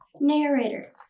Narrator